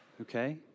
okay